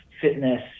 fitness